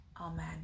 Amen